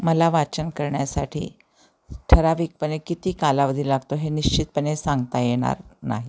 मला वाचन करण्यासाठी ठराविकपणे किती कालावधी लागतो हे निश्चितपणे सांगता येणार नाही